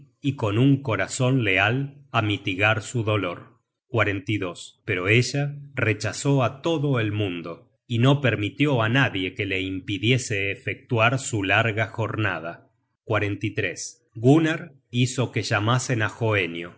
y con un corazon leal á mitigar su dolor pero ella rechazó á todo el mundo y no permitió á nadie que la impidiese efectuar su larga jornada gunnar hizo que llamasen á